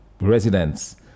residents